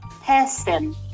person